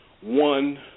one